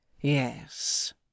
Yes